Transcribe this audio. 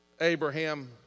Abraham